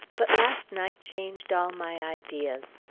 but last night changed all my ideas.